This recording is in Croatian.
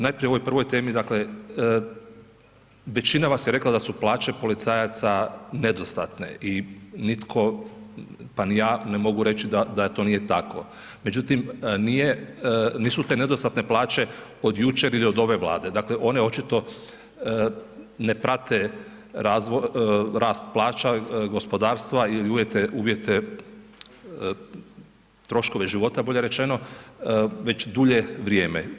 Najprije o ovoj prvoj temi, dakle većina vas je rekla da su plaće policajaca nedostatne i nitko pa ni ja ne mogu reći da to nije tako, međutim nisu te nedostatne plaće od jučer ili od ove Vlade, dakle one očito ne prate rast plaća gospodarstva i uvjete, troškove života bolje rečeno već dulje vrijeme.